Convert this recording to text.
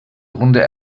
runde